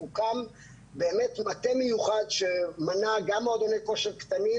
הוקם באמת מטה מיוחד שמנה גם מועדוני כושר קטנים,